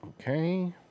Okay